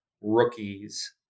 rookies